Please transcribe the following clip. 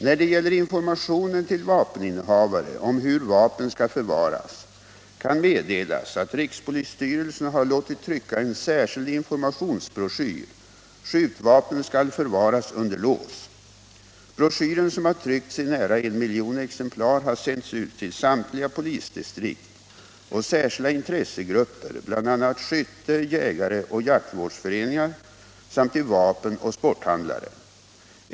När det gäller informationen till vapeninnehavare om hur vapen skall förvaras kan meddelas att rikspolisstyrelsen har låtit trycka en särskild informationsbroschyr Skjutvapen skall förvaras under lås. Broschyren, som har tryckts i nära en miljon exemplar, har sänts ut till samtliga polisdistrikt och särskilda intressegrupper, bl.a. skytte-, jägareoch jaktvårdsföreningar samt till vapenoch sporthandlare.